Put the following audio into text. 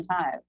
time